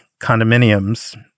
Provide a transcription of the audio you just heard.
condominiums